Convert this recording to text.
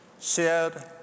shared